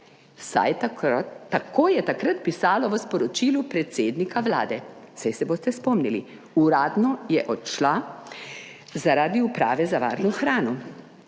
tako je takrat pisalo v sporočilu predsednika Vlade. Saj se boste spomnili, uradno je odšla zaradi Uprave za varno hrano.